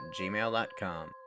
gmail.com